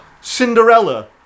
Cinderella